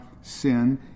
sin